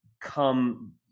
come